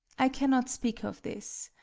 i cannot speak of this.